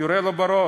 יורה לו בראש.